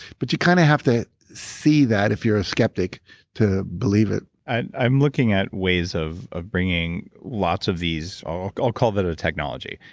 but you kind of have to see that if you're a skeptic to believe it i'm looking at ways of of bringing lots of these, ah i'll call that a technology.